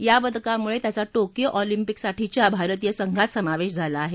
या पदकामुळं त्याचा टोकियो ऑलिंपिकसाठीच्या भारतीय संघात समावेश झाला आहे